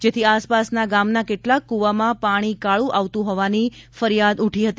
જેથી આસપાસના ગામના કેટલાંક કૂવામાં પાણી કાળું આવતું હોવાની ફરિયાદ ઉઠી હતી